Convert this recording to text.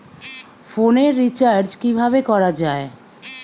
ফোনের রিচার্জ কিভাবে করা যায়?